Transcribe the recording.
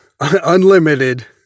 unlimited